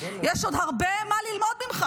יש עוד הרבה מה ללמוד ממך.